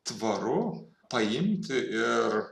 tvaru paimti ir